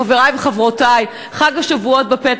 חברי וחברותי, חג השבועות בפתח.